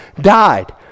died